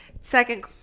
second